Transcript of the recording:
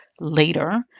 later